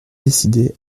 décidé